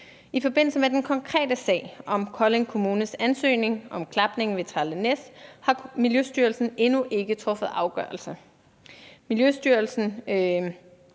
I forbindelse med den konkrete sag om Kolding Kommunes ansøgning om klapning ved Trelde Næs har Miljøstyrelsen endnu ikke truffet afgørelse.